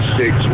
six